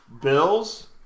Bills